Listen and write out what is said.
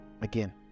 again